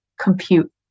compute